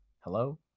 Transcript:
Hello